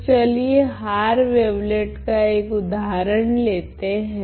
तो चलिए Haar wavelet का एक उदाहरण लेते हैं